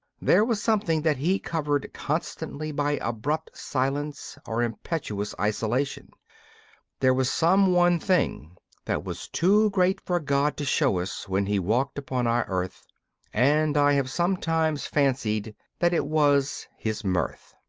there was something that he covered constantly by abrupt silence or impetuous isolation there was some one thing that was too great for god to show us when he walked upon our earth and i have sometimes fancied that it was his mirth.